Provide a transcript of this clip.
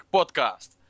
Podcast